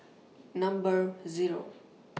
Number Zero